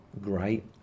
great